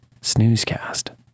snoozecast